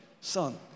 son